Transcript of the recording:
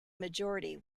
majority